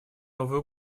новые